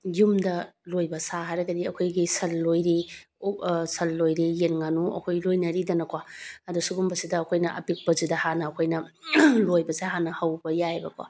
ꯌꯨꯝꯗ ꯂꯣꯏꯕ ꯁꯥ ꯍꯥꯏꯔꯒꯗꯤ ꯑꯩꯈꯣꯏꯒꯤ ꯁꯟ ꯂꯣꯏꯔꯤ ꯁꯟ ꯂꯣꯏꯔꯤ ꯌꯦꯟ ꯉꯥꯅꯨ ꯑꯩꯈꯣꯏ ꯂꯣꯏꯅꯔꯤꯗꯅꯀꯣ ꯑꯗꯣ ꯁꯤꯒꯨꯝꯕꯁꯤꯗ ꯑꯩꯈꯣꯏꯅ ꯄꯤꯛꯄꯁꯤꯗ ꯍꯥꯟꯅ ꯑꯩꯈꯣꯏꯅ ꯂꯣꯏꯕꯁꯦ ꯍꯥꯟꯅ ꯍꯧꯕ ꯌꯥꯏꯌꯦꯕꯀꯣ